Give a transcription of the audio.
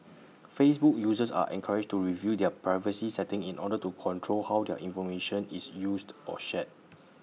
Facebook users are encouraged to review their privacy settings in order to control how their information is used or shared